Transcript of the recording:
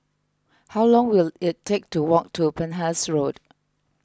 how long will it take to walk to Penhas Road